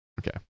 Okay